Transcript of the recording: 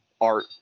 art